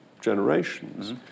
generations